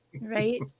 right